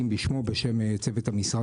עם כל דבר ודבר,